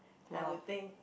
I would think